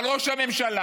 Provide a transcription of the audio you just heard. אבל ראש הממשלה,